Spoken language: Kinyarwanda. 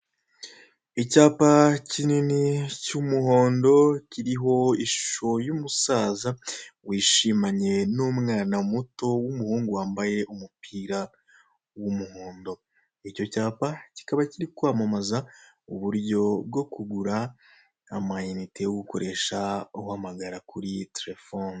Icyapa kinini, cy'umuhondo, kiriho ishusho y'umusaza wishimanye n'umwana muto w'umuhungu, wambaye umupira w'umuhondo. Icyo cyapa kikaba kiri kwamamaza uburyo bwo kugura amayinite yo gukoresha uhamagara kuri telefone.